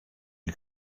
you